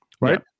right